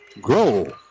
grow